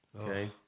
Okay